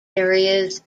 areas